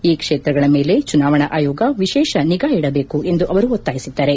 ಈ ಕ್ಷೇತ್ರಗಳ ಮೇಲೆ ಚುನಾವಣಾ ಆಯೋಗ ವಿಶೇಷ ನಿಗಾ ಇಡಬೇಕು ಎಂದು ಅವರು ಒತ್ನಾಯಿಸಿದ್ದಾರೆ